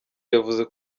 yavuze